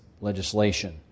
legislation